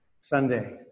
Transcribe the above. Sunday